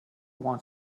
want